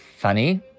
funny